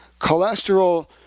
cholesterol